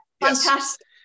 fantastic